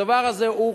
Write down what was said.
הדבר הזה הוא חשוב.